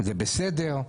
זה בסדר,